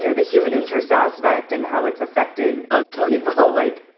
you know the human interest aspect and how it's affecting. oh, totally. people, like,